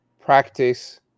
practice